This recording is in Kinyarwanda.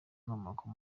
inkomoko